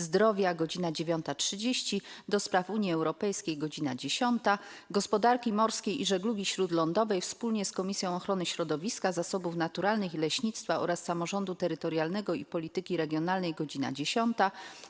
Zdrowia - godz. 9.30, - do Spraw Unii Europejskiej - godz. 10, - Gospodarki Morskiej i Żeglugi Śródlądowej wspólnie z Komisją Ochrony Środowiska, Zasobów Naturalnych i Leśnictwa oraz Samorządu Terytorialnego i Polityki Regionalnej - godz. 10,